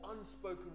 unspoken